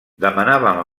demanaven